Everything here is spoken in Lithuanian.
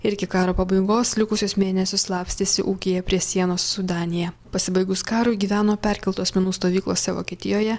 ir iki karo pabaigos likusius mėnesius slapstėsi ūkyje prie sienos su danija pasibaigus karui gyveno perkeltų asmenų stovyklose vokietijoje